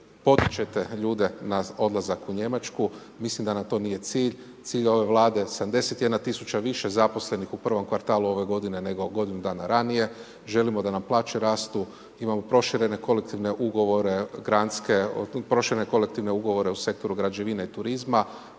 potičete ljude na odlazak u Njemačku, mislim da nam to nije cilj. Cilj ove Vlade 71 000 više zaposlenih u prvom kvartalu ove godine, nego godinu dana ranije, želimo da nam plaće rastu, imamo proširene kolektivne ugovore u sektoru građevine i turizma,